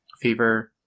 fever